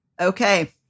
Okay